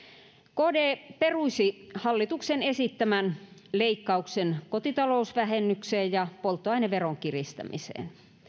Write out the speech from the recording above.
kd peruisi hallituksen esittämän leikkauksen kotitalousvähennykseen ja polttoaineveron kiristämisen